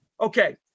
Okay